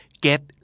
Get